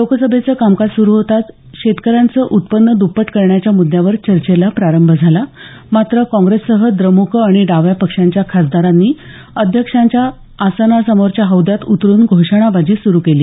लोकसभेचं कामकाज सुरू होताच शेतकऱ्यांचं उत्पन्न दप्पट करण्याच्या मुद्यावर चर्चेला प्रारंभ झाला मात्र काँग्रेससह द्रमुक आणि डाव्या पक्षांच्या खासदारांनी अध्यक्षांच्या आसनासमोरच्या हौद्यात उतरून घोषणाबाजी सुरू केली